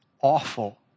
awful